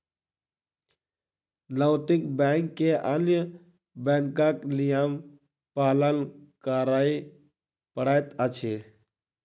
नैतिक बैंक के अन्य बैंकक नियम पालन करय पड़ैत अछि